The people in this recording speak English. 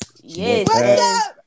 Yes